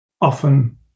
often